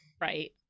Right